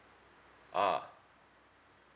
ah